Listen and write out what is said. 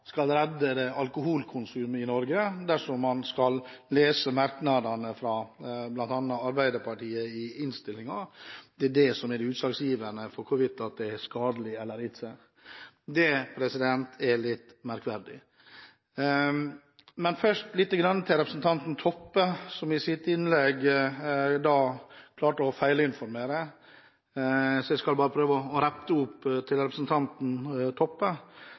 skal redde alkoholkonsumet i Norge, dersom man leser merknadene fra bl.a. Arbeiderpartiet i innstillingen. Det er det som er utslagsgivende for hvorvidt det er skadelig eller ikke. Det er litt merkverdig. Men så litt til representanten Toppe, som i sitt innlegg klarte å feilinformere. Jeg skal prøve å rette opp i det representanten Toppe